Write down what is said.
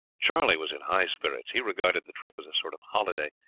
charlie was in high spirits he regarded the trip as a sort of holiday,